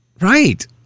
Right